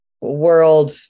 world